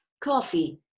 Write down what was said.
Coffee